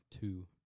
two